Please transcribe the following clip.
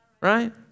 right